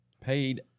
paid